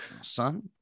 son